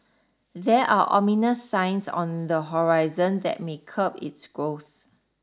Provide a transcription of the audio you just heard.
there are ominous signs on the horizon that may curb its growth